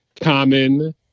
Common